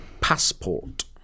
Passport